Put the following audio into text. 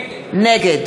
נגד